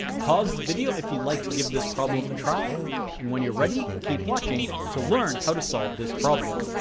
pause the video if you'd like to give this problem a try and when you're ready, keep watching to learn how to solve this problem.